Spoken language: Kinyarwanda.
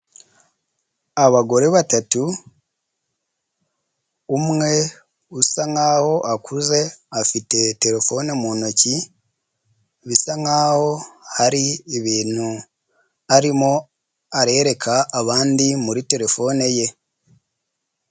Abagore batatu; umwe usa nk'aho akuze, afite telefone mu ntoki, bisa nkaho hari ibintu arimo arereka abandi, muri telefone ye.